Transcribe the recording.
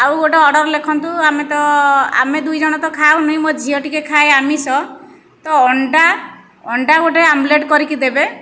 ଆଉ ଗୋଟେ ଅର୍ଡ଼ର ଲେଖନ୍ତୁ ଆମେ ତ ଆମେ ଦୁଇଜଣ ତ ଖାଉନି ମୋ ଝିଅ ଟିକେ ଖାଏ ଆମିଷ ତ ଅଣ୍ଡା ଅଣ୍ଡା ଗୋଟେ ଆମଲେଟ କରିକି ଦେବେ